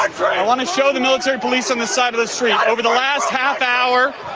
i want to show the military police on the side of the street. over the last half hour,